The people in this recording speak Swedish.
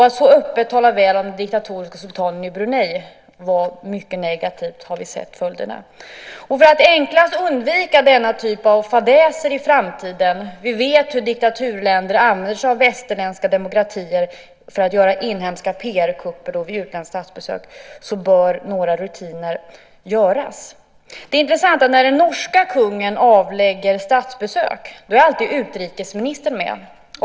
Att så öppet tala väl om den diktatoriska sultanen i Brunei var mycket negativt, och vi har sett följderna. För att enklast undvika denna typ av fadäser i framtiden - vi vet hur diktaturländer använder sig av västerländska demokratier för att göra inhemska PR-kupper vid utländska statsbesök - bör några rutinändringar göras. Det är intressant att när den norske kungen avlägger statsbesök är alltid utrikesministern med.